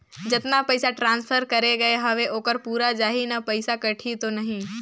जतना पइसा ट्रांसफर करे गये हवे ओकर पूरा जाही न पइसा कटही तो नहीं?